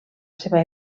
seva